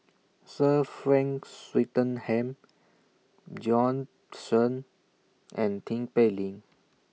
Sir Frank Swettenham Bjorn Shen and Tin Pei Ling